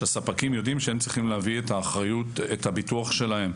שהספקים יודעים שהם צריכים להביא את הביטוח שלהם.